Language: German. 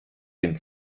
dem